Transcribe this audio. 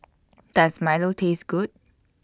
Does Milo Taste Good